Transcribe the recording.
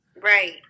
Right